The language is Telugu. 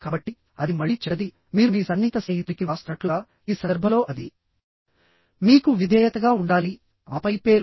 కాబట్టి అది మళ్ళీ చెడ్డది మీరు మీ సన్నిహిత స్నేహితుడికి వ్రాస్తున్నట్లుగా ఈ సందర్భంలో అది మీకు విధేయతగా ఉండాలి ఆపై పేరు